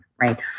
Right